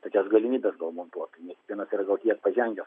tokias galimybes gal montuot ne kiekvienas yra gal tiek pažengęs